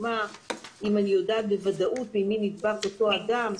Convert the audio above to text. אם אני יודעת בוודאות ממי נדבק אותו אדם,